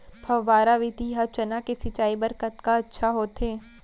फव्वारा विधि ह चना के सिंचाई बर कतका अच्छा होथे?